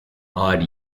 odd